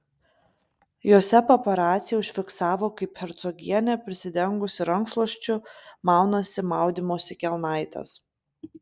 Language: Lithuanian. jose paparaciai užfiksavo kaip hercogienė prisidengusi rankšluosčiu maunasi maudymosi kelnaites